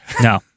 No